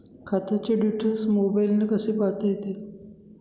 खात्याचे डिटेल्स मोबाईलने कसे पाहता येतील?